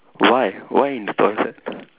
why why in the toilet